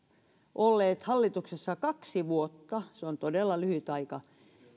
olleet hallituksessa kaksi vuotta se on todella lyhyt aika